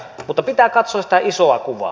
mutta pitää katsoa sitä isoa kuvaa